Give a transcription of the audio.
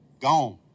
Gone